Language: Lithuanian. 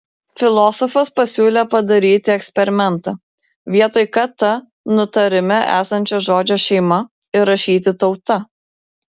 filosofas pasiūlė padaryti eksperimentą vietoj kt nutarime esančio žodžio šeima įrašyti tauta